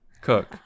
Cook